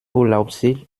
urlaubsziel